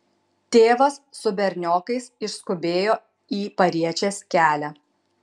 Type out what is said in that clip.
tėvas su berniokais išskubėjo į pariečės kelią